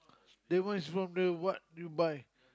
then why is it from the what you buy